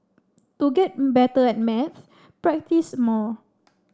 to get better at maths practise more